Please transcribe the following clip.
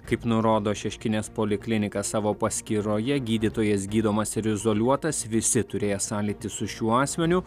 kaip nurodo šeškinės poliklinika savo paskyroje gydytojas gydomas ir izoliuotas visi turėję sąlytį su šiuo asmeniu